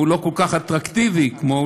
הוא לא כל כך אטרקטיבי כמו,